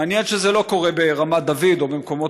מעניין שזה לא קורה ברמת דוד או במקומות